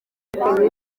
ati